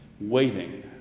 waiting